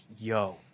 yo